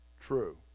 true